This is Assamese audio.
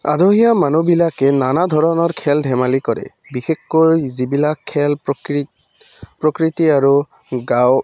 আহীয়া মানুহবিলাকে নানা ধৰণৰ খেল ধেমালি কৰে বিশেষকৈ যিবিলাক খেল প্ৰকৃৃত প্ৰকৃতি আৰু গাঁও